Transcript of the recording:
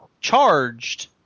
charged